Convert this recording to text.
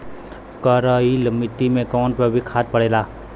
करइल मिट्टी में कवन जैविक खाद पड़ेला?